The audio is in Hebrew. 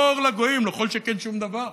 לא אור לגויים, לא כל שכן שום דבר.